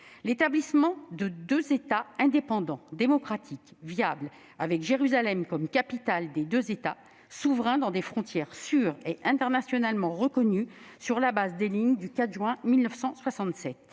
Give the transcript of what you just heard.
l'établissement de deux États indépendants, démocratiques, viables, avec Jérusalem comme capitale des deux États, souverains dans des frontières sûres et internationalement reconnues sur la base des lignes du 4 juin 1967